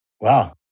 Wow